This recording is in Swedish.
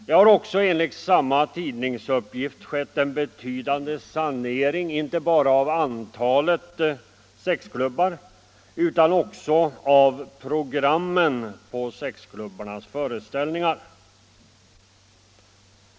Det har också enligt samma tidningsuppgift skett en betydande sanering inte bara av antalet sexklubbar utan också av programmen på sexklubbarnas föreställningar.